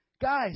guys